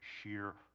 sheer